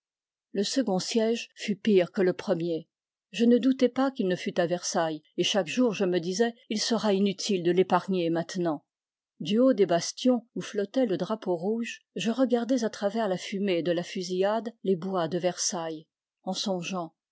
le second siège fut pire que le premier je ne doutais pas qu'il ne fût à versailles et chaque jour je me disais il sera inutile de l'épargner maintenant du haut des bastions où flottait le drapeau rouge je regardais à travers la fumée de la fusillade les bois de versailles en songeant